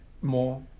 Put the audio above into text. more